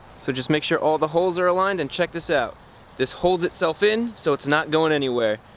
so just make sure all the holes are aligned and check this out this holds itself in so it's not going anywhere.